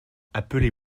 appelez